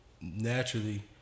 naturally